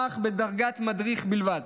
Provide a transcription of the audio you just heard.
אך בדרגת מדריך בלבד.